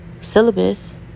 syllabus